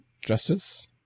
justice